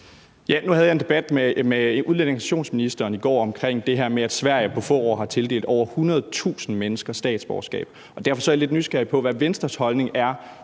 Nu havde jeg en debat med udlændinge- og integrationsministeren i går omkring det her med, at Sverige på få år har tildelt over 100.000 mennesker statsborgerskab. Derfor er jeg lidt nysgerrig på, hvad Venstres holdning er